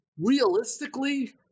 Realistically